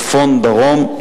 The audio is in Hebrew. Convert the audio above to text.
צפון דרום,